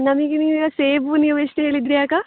ನಮಗೆ ನೀವು ಈಗ ಸೇಬು ನೀವು ಎಷ್ಟು ಹೇಳಿದ್ದಿರಿ ಆಗ